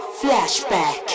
flashback